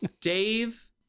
Dave